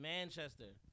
Manchester